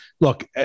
look